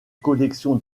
collection